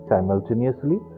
Simultaneously